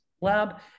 Lab